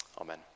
Amen